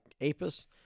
Apis